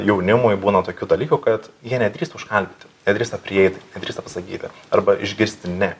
jaunimui būna tokių dalykų kad jie nedrįsta užkalbinti nedrįsta prieiti nedrįsta pasakyti arba išgirsti ne